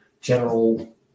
general